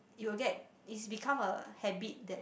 you will get it's become a habit that